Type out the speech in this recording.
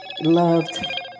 loved